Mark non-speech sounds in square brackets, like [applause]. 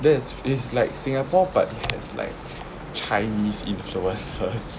that's it's like singapore but it has like chinese influences [laughs]